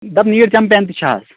دَپ نیٖٹ چمپین تہِ چھِ حظ